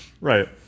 right